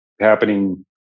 happening